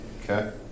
Okay